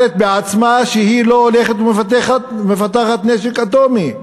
איראן אומרת בעצמה שהיא לא הולכת ומפתחת נשק אטומי.